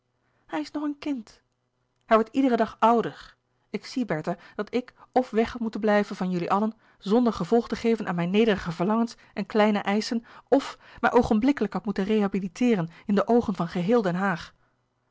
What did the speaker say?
hij is nog een kind hij wordt iederen dag ouder ik zie bertha dat ik of weg had moeten blijven van louis couperus de boeken der kleine zielen jullie allen zonder gevolg te geven aan mijn nederige verlangens en kleine eischen f mij oogenblikkelijk had moeten rehabiliteeren in de oogen van geheel den haag